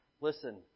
Listen